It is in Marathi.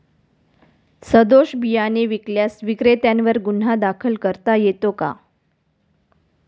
सदोष बियाणे विकल्यास विक्रेत्यांवर गुन्हा दाखल करता येतो का?